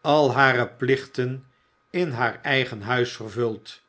al hare plichten in haar eigen huis vervult